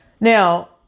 Now